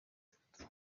foto